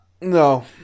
No